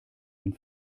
den